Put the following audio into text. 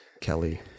Kelly